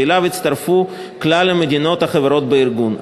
שאליו הצטרפו כלל המדינות החברות בארגון.